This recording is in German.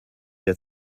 der